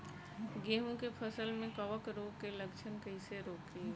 गेहूं के फसल में कवक रोग के लक्षण कईसे रोकी?